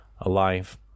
alive